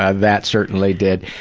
ah that certainly did.